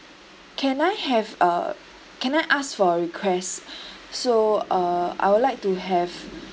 can I have uh can I ask for a request so uh I would like to have